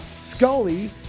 Scully